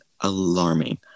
alarming